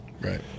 Right